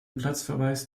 platzverweis